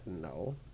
no